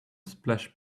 splash